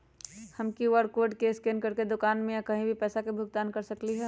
हम QR code scan करके दुकान में या कहीं भी पैसा के भुगतान कर सकली ह?